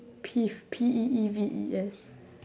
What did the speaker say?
peeve P E E V E S